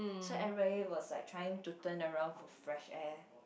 so everybody was trying to turn around for fresh air